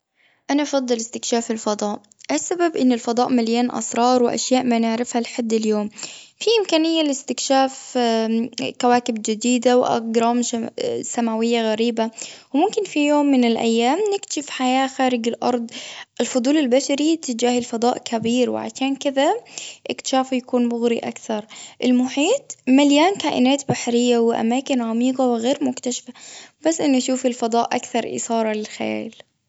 أنا أفضل استكشاف الفضاء. السبب إن الفضاء مليان أسرار، وأشياء ما نعرفها لحد اليوم. في إمكانية لاستكشاف كواكب جديدة وأجرام شما- سماوية غريبة. وممكن في يوم من الأيام نكتشف حياة خارج الأرض. الفضول البشري تجاه الفضاء كبير، وعشان كذا اكتشافه يكون مغري أكثر. المحيط مليان كائنات بحرية، وأماكن عميقة وغير مكتشفة. بس أنه يشوف الفضاء أكثر إثارة للخيال.